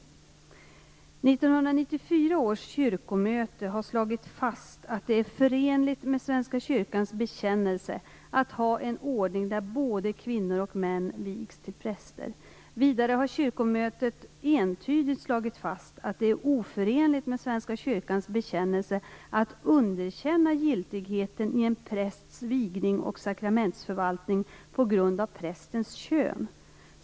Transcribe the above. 1994 års kyrkomöte har slagit fast att det är förenligt med Svenska kyrkans bekännelse att ha en ordning där både kvinnor och män vigs till präster. Vidare har kyrkomötet entydigt slagit fast att det är oförenligt med Svenska kyrkans bekännelse att underkänna giltigheten i en prästs vigning och sakramentsförvaltning på grund av prästens kön.